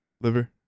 Liver